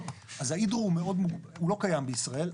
אז ההידרו לא קיים בישראל.